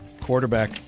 quarterback